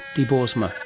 dee boersma.